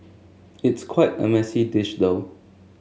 it's quite a messy dish though